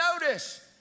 notice